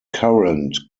current